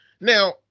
Now